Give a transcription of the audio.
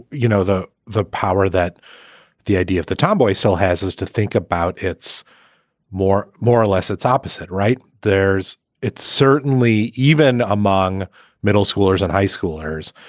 you know, the the power that the idea of the tomboy so has is to think about it's more, more or less its opposite. right. there's it's certainly even among middle schoolers and high schoolers.